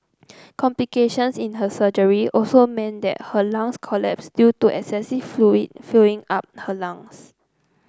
complications in her surgery also meant that her lungs collapsed due to excessive fluid filling up her lungs